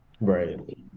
Right